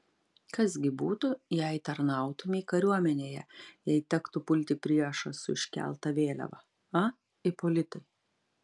kas gi būtų jei tarnautumei kariuomenėje jei tektų pulti priešą su iškelta vėliava a ipolitai